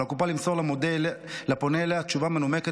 על הקופה למסור לפונה אליה תשובה מנומקת